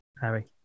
Harry